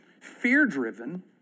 fear-driven